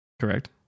correct